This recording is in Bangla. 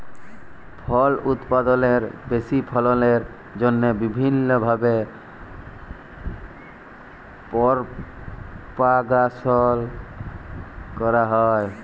ফল উৎপাদলের বেশি ফললের জ্যনহে বিভিল্ল্য ভাবে পরপাগাশল ক্যরা হ্যয়